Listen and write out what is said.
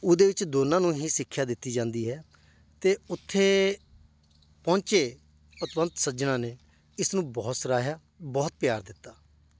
ਉਹਦੇ ਵਿੱਚ ਦੋਨਾਂ ਨੂੰ ਹੀ ਸਿੱਖਿਆ ਦਿੱਤੀ ਜਾਂਦੀ ਹੈ ਅਤੇ ਉੱਥੇ ਪਹੁੰਚੇ ਪਤਵੰਤ ਸੱਜਣਾਂ ਨੇ ਇਸ ਨੂੰ ਬਹੁਤ ਸਰਾਹਿਆ ਬਹੁਤ ਪਿਆਰ ਦਿੱਤਾ